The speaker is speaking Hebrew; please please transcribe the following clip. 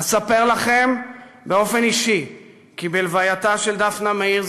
אספר לכם באופן אישי כי בהלווייתה של דפנה מאיר,